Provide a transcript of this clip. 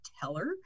teller